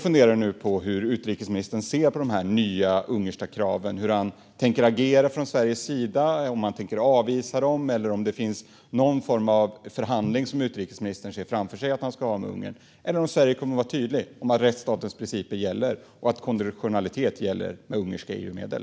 Hur ser utrikesministern på de ungerska kraven? Tänker han avvisa dem, eller ser han någon form av förhandling med Ungern framför sig? Kommer Sverige vara tydligt med att rättsstatens principer gäller och att konditionalitet gäller för ungerska EU-medel?